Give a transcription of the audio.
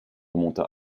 remonta